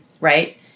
right